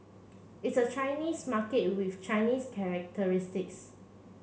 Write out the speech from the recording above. it's a Chinese market with Chinese characteristics